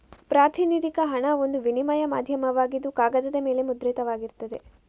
ಪ್ರಾತಿನಿಧಿಕ ಹಣ ಒಂದು ವಿನಿಮಯ ಮಾಧ್ಯಮವಾಗಿದ್ದು ಕಾಗದದ ಮೇಲೆ ಮುದ್ರಿತವಾಗಿರ್ತದೆ